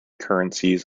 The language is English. currencies